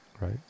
right